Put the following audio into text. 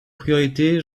priorités